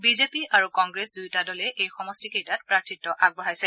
BJP আৰু কংগ্ৰেছ দুয়োটা দলে এই সমষ্টিকেইটাত প্ৰাৰ্থী আগবঢ়াইছে